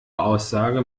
aussage